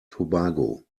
tobago